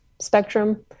spectrum